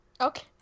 Okay